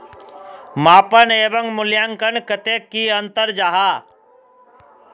मापन एवं मूल्यांकन कतेक की अंतर जाहा?